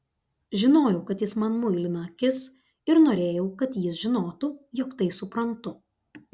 žinojau kad jis man muilina akis ir norėjau kad jis žinotų jog tai suprantu